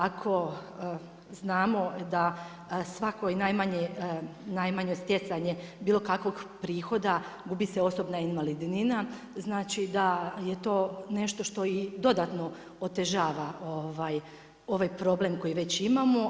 Ako znamo da svako i najmanje stjecanje bilo kakvog prihoda gubi se osobna invalidnina znači da je to nešto što i dodatno otežava ovaj problem koji već imamo.